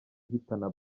ihitana